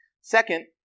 Second